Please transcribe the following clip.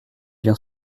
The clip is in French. bien